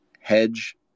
Hedge